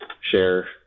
share